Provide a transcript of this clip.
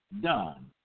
done